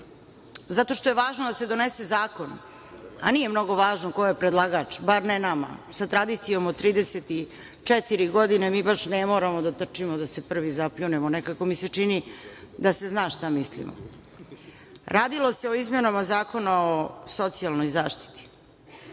zato što je važno da se donese zakon, a nije mnogo važno ko je predlagač, bar ne nama. Sa tradicijom od 34 godine mi baš ne moramo da trčimo da se prvi zapljunemo. Nekako mi se čini da se zna šta mislimo. Radilo se o izmenama Zakona o socijalnoj zaštiti.